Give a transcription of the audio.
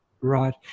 right